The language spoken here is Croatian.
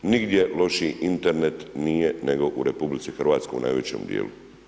Nigdje lošiji Internet nije nego u RH na većem dijelu.